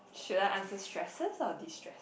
should I answer stresses or destress